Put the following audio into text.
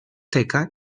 teca